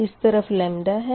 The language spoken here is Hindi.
इस तरफ़ लेमदा है